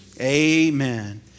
amen